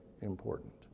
important